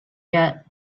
yet